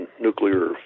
nuclear